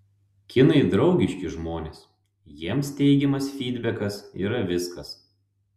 kinai draugiški žmonės jiems teigiamas fydbekas yra viskas